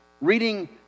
reading